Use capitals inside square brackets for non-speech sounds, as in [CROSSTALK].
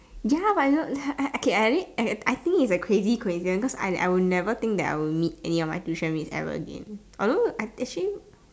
ya but I don't like okay [NOISE] I think it's a crazy coincidence because I will never think that I'll meet any of my tuition mates ever again although actually